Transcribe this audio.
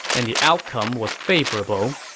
and the outcome was favorable.